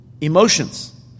emotions